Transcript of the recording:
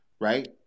right